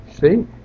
see